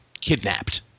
kidnapped